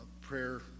prayer